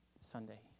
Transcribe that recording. Sunday